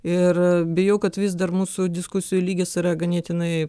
ir bijau kad vis dar mūsų diskusijų lygis yra ganėtinai